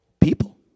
people